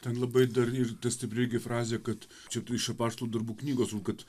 ten labai dar ir ta stipri gi frazė kad čia tu iš apaštalų darbų knygos nu kad